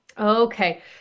Okay